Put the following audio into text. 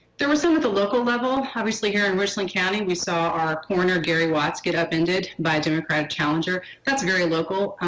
there was some at the local level. obviously here in richland county we saw our coroner gary watts get upended upended by a democratic challenger. that's a very local,